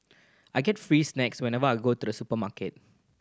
I get free snacks whenever I go to the supermarket